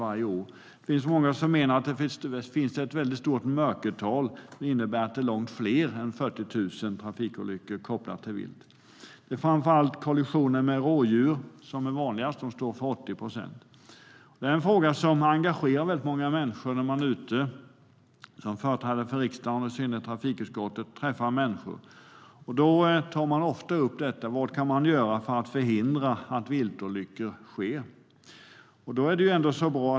Många menar dessutom att det finns ett stort mörkertal, vilket innebär att antalet trafikolyckor med koppling till vilt är långt fler än 40 000. Kollisioner med rådjur är vanligast och står för 80 procent. Detta är en fråga som engagerar många människor. Det märks när vi från riksdagen och trafikutskottet är ute och träffar människor. Då tar man ofta upp frågan vad vi kan göra för att förhindra att viltolyckor sker.